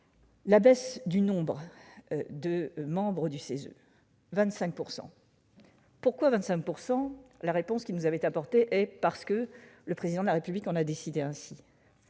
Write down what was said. la baisse du nombre de membres du CESE. Pourquoi 25 %? La réponse qui nous a été apportée est que le Président de la République en a décidé ainsi ...